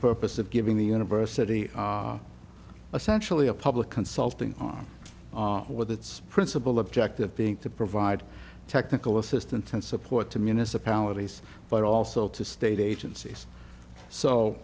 purpose of giving the university essential to a public consulting with its principal objective being to provide technical assistance and support to municipalities but also to state agencies so